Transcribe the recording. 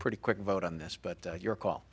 pretty quick vote on this but your call